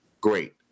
great